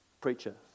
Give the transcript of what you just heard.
preacher